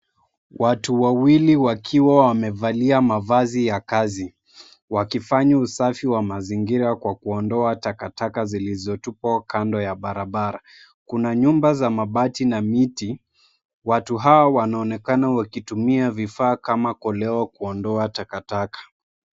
Watu wawili wakiwa wamevalia mavazi ya kazi wakifanya usafi wa mazingira kwa kuondoa takataka zilizotupwa kando ya barabara. Kuna nyumba za mabati na miti. Watu hawa wanaonekana wakitumia vifaa kama koleo kuondoa takataka.